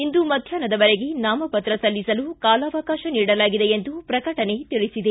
ಇಂದು ಮಧ್ಯಾಪ್ನದವರೆಗೆ ನಾಮಪತ್ರ ಸಲ್ಲಿಸಲು ಕಾಲಾವಕಾಶ ನೀಡಲಾಗಿದೆ ಎಂದು ಪ್ರಕಟಣೆ ತಿಳಿಸಿದೆ